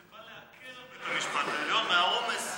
זה בא להקל על בית המשפט העליון את העומס הבלתי-נורמלי.